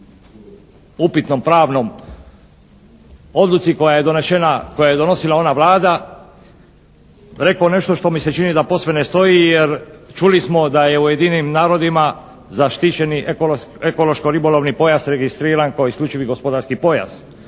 upitnom pravnom odluci koja je donešena, koju je donosila ona Vlada rekao nešto što mi se čini da posve ne stoji jer čuli smo da je u Ujedinjenim narodima zaštićeni ekološko-ribolovni pojas registriran kao isključivi gospodarski pojas